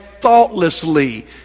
thoughtlessly